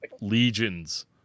legions